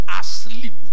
asleep